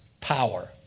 power